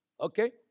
Okay